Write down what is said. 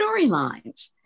storylines